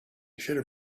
should